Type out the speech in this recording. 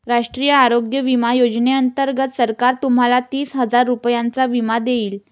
राष्ट्रीय आरोग्य विमा योजनेअंतर्गत सरकार तुम्हाला तीस हजार रुपयांचा विमा देईल